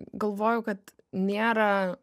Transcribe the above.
galvojau kad nėra